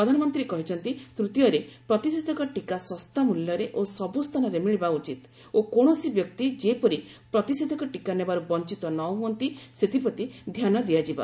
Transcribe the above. ପ୍ରଧାନମନ୍ତ୍ରୀ କହିଛନ୍ତି ତୂତୀୟରେ ପ୍ରତିଷେଧକ ଟିକା ଶସ୍ତା ମୂଲ୍ୟରେ ଓ ସବ୍ର ସ୍ଥାନରେ ମିଳିବା ଉଚିତ୍ ଓ କୌଣସି ବ୍ୟକ୍ତି ଯେପରି ପ୍ରତିଷେଧକ ଟିକା ନେବାର୍ ବଞ୍ଚିତ ନହଅନ୍ତି ସେଥିପ୍ରତି ଧ୍ୟାନ ଦିଆଯିବା